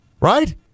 Right